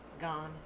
gone